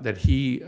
that he